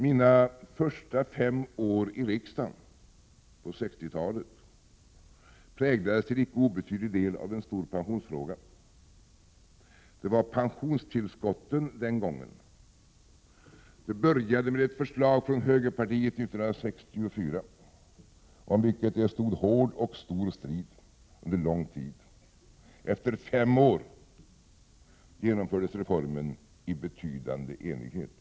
Mina fem första år i riksdagen på 1960-talet präglades till icke obetydlig del av en stor pensionsfråga. Det gällde pensionstillskotten den gången. Det började med ett förslag från högerpartiet 1964. Om förslaget stod det hård och stor strid under lång tid. Efter fem år genomfördes reformen i betydande enighet.